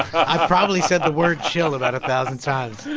i probably said the word chill about a thousand times